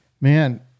Man